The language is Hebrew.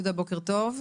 יהודה, בוקר טוב,